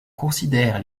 considère